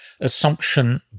assumption